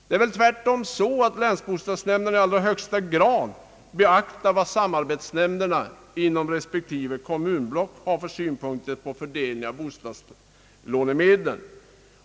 Det är väl tvärtom så att länsbostadsnämnderna i allra högsta grad beaktar vad samarbetsnämnderna inom respektive kommunblock har för synpunkter på fördelningen av bostadslånemedlen.